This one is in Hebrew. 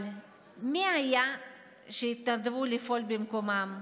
אבל מי היו שהתנדבו לפעול במקומם?